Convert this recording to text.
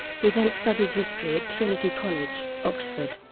he then studied history at trinity college, oxford,